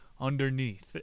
underneath